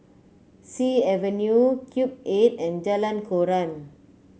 Sea Avenue Cube Eight and Jalan Koran